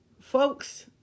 folks